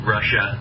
Russia